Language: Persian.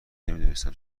نمیدونستم